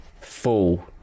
full